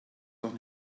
doch